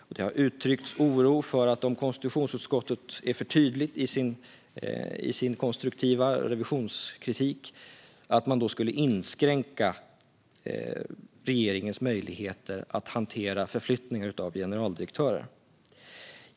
Och det har uttryckts oro för att konstitutionsutskottet, om det är för tydligt i sin konstruktiva revisionskritik, skulle inskränka regeringens möjligheter att hantera förflyttningar av generaldirektörer.